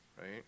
right